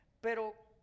pero